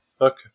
Okay